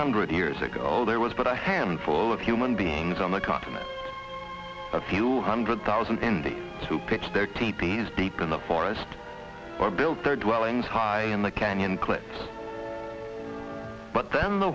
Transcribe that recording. hundred years ago there was but a handful of human beings on the continent a few hundred thousand endy to pitch their tepees deep in the forest or build their dwellings high in the canyon clips but then the